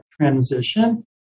transition